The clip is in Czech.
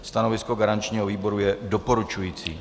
Stanovisko garančního výboru je doporučující.